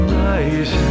nice